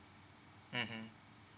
mmhmm